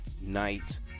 night